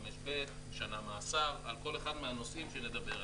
25(ב) שנה מאסר, על כל אחד מהנושאים שנדבר עליהם.